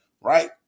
right